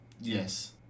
yes